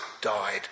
died